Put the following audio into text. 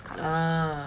ah ya